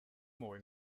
more